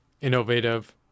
innovative